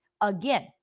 again